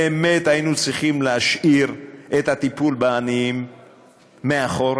באמת היינו צריכים להשאיר את הטיפול בעניים מאחור?